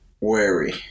wary